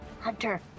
Hunter